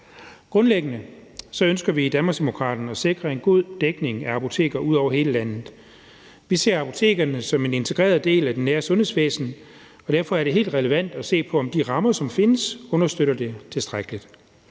Grundlæggende ønsker vi i Danmarksdemokraterne at sikre en god dækning af apoteker i hele landet. Vi ser apotekerne som en integreret del af det nære sundhedsvæsen, og derfor er det helt relevant at se på, om de rammer, som findes, understøtter det tilstrækkeligt.